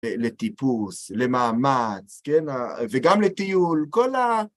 לטיפוס, למאמץ, וגם לטיול, כל ה...